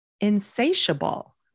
Insatiable